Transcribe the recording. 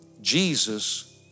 Jesus